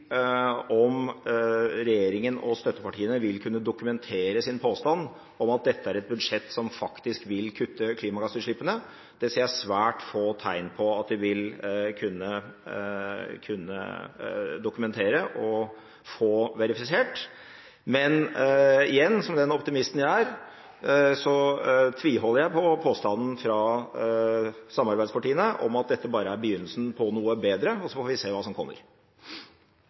om regjeringen og støttepartiene vil kunne dokumentere sin påstand om at dette er et budsjett som faktisk vil kutte klimagassutslippene. Det ser jeg svært få tegn på at de vil kunne dokumentere og få verifisert. Men igjen: Som den optimisten jeg er, tviholder jeg på påstanden fra samarbeidspartiene om at dette bare er begynnelsen på noe bedre, og så får vi se hva som kommer.